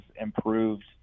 improved